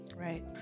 Right